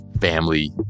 family